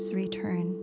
return